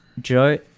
Joe